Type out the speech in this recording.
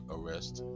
Arrest